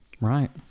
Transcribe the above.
Right